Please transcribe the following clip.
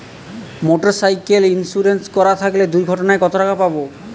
Motorcycle insurance করা থাকলে দুঃঘটনায় কতটাকা পাব?